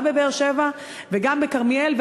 גם בבאר-שבע וגם בכרמיאל.